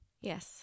yes